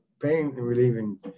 pain-relieving